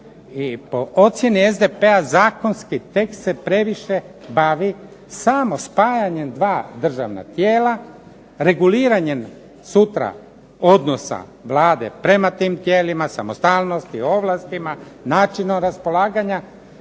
po ocjeni SDP-a zakonski tekst se previše bavi samo spajanjem dva državna tijela, reguliranjem sutra odnosa Vlade prema tim tijelima, samostalnosti, ovlastima, načinu raspolaganja.